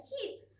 heat